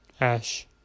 Ash